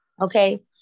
Okay